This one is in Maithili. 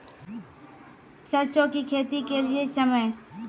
सरसों की खेती के लिए समय?